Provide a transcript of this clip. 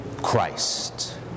Christ